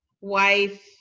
wife